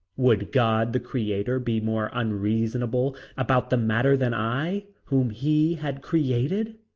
would god the creator be more unreasonable about the matter than i, whom he had created?